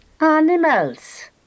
animals